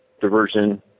diversion